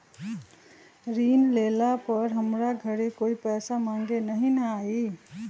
ऋण लेला पर हमरा घरे कोई पैसा मांगे नहीं न आई?